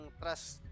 trust